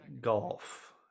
golf